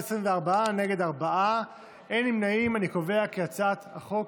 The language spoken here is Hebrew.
את הצעת חוק